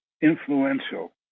influential